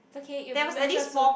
it's okay it will be mutual soon